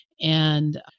And-